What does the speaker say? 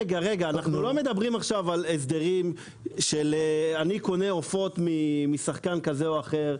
רגע אנחנו לא מדברים עכשיו על הסדרים שאני קונה עופות משחקן כזה או אחר.